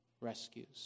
Rescues